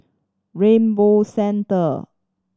Rainbow Centre